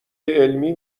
علمی